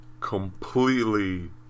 completely